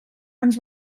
ens